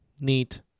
Neat